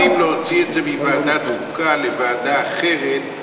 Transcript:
אם אתם מתכוונים להוציא את זה מוועדת החוקה לוועדה אחרת,